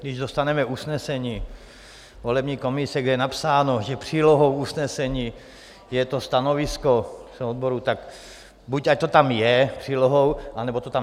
Když dostaneme usnesení volební komise, kde je napsáno, že přílohou usnesení je stanovisko výboru, tak buď ať to tam je přílohou, anebo to tam nepište.